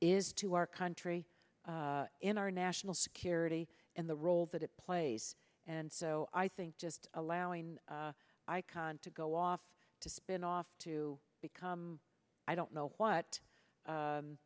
is to our country in our national security and the role that it plays and so i think just allowing icon to go off to spin off to become i don't know what